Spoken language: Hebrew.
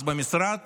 אז במשרד